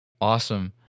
Awesome